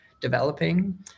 developing